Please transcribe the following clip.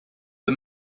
the